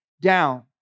down